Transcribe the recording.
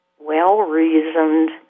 well-reasoned